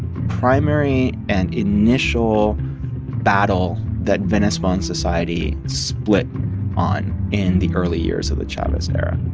primary and initial battle that venezuelan society split on in the early years of the chavez era.